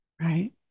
right